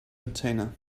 container